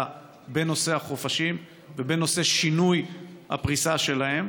בנושא החופשים ובנושא שינוי הפריסה שלהם.